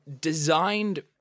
designed